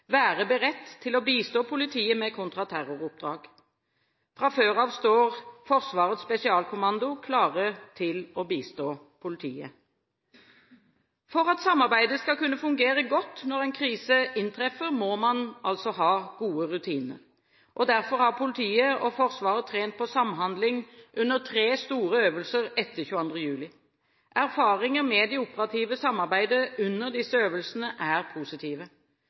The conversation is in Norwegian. være beredt til å bistå politiet med kontraterroroppdrag. Fra før av står Forsvarets spesialkommando klare til å bistå politiet. For at samarbeidet skal kunne fungere godt når en krise inntreffer, må man altså ha gode rutiner. Derfor har politiet og Forsvaret trent på samhandling under tre store øvelser etter 22. juli. Erfaringene med det operative samarbeidet under disse øvelsene er positive.